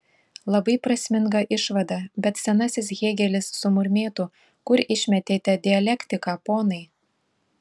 labai prasminga išvada bet senasis hėgelis sumurmėtų kur išmetėte dialektiką ponai